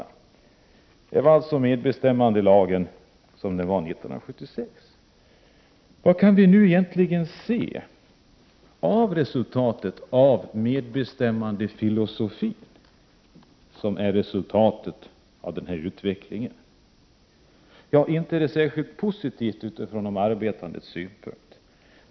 Detta var alltså medbestämmandelagen sådan den var 1976. Vad kan vi nu se att resultatet har blivit av medbestämmandefilosofin och av den här utvecklingen? Inte är resultatet särskilt positivt utifrån de arbetandes synpunkt!